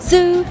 Zoo